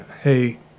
hey